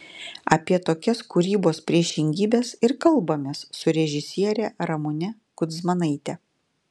apie tokias kūrybos priešingybes ir kalbamės su režisiere ramune kudzmanaite